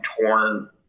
torn